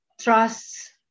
trusts